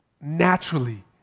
naturally